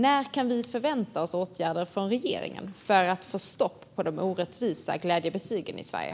När kan vi förvänta oss åtgärder från regeringen för att få stopp på de orättvisa glädjebetygen i Sverige?